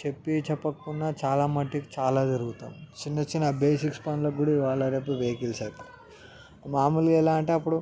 చెప్పి చెప్పకున్నా చాలా మట్టికి చాలా తిరుగుతాం చిన్న చిన్న బేసిక్స్ పనులకి కూడా ఇవాళ రేపు వెహికిల్స్ అవి మామూలుగా ఎలా అంటే అప్పుడు